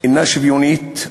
אינה שוויונית,